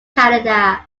canada